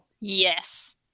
Yes